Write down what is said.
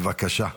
בבקשה,